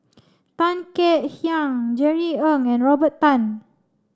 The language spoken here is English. Tan Kek Hiang Jerry Ng and Robert Tan